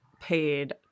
paid